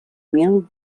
mil